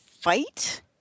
fight